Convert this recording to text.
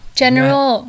general